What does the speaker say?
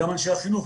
גם אנשי החינוך.